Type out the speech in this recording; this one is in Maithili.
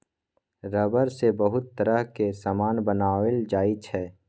रबर सँ बहुत तरहक समान बनाओल जाइ छै